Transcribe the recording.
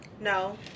No